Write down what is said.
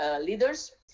leaders